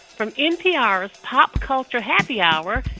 from npr's pop culture happy hour,